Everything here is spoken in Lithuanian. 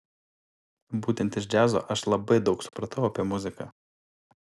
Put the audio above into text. būtent iš džiazo aš labai daug supratau apie muziką